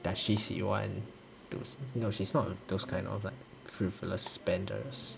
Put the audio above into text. does she 喜欢 to no she's not those kind of like frivolous spenders